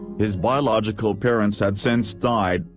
his biological parents had since died,